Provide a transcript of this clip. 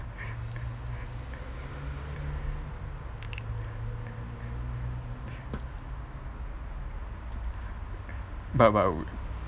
but but